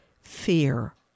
fear